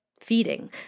feeding